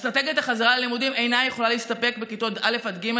אסטרטגיית החזרה ללימודים אינה יכולה להסתפק בכיתות א' ג',